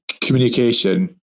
communication